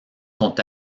sont